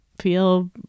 feel